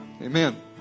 Amen